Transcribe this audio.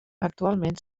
actualment